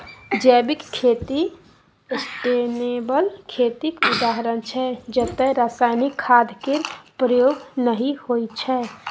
जैविक खेती सस्टेनेबल खेतीक उदाहरण छै जतय रासायनिक खाद केर प्रयोग नहि होइ छै